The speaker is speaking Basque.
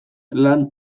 lan